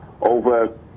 over